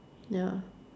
ya